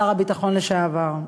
שר הביטחון לשעבר.